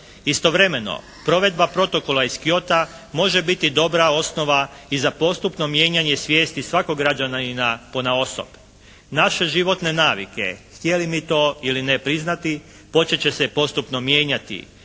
Istovremeno provedba protokola iz Kyota može biti dobra osnova i za postupno mijenjanje svijesti svakog građana i na, ponaosob. Naše životne navike htjeli mi to ili ne priznati počet će se postupno mijenjati.